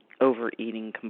overeating